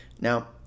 now